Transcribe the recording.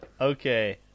Okay